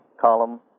column